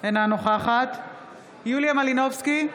אינה נוכחת יוליה מלינובסקי,